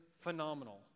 phenomenal